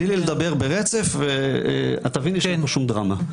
תני לי לדבר ברצף, ואת תביני שאין פה שום דרמה.